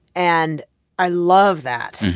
and i love that.